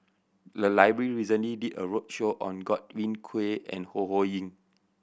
the library recently did a roadshow on Godwin Koay and Ho Ho Ying